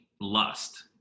lust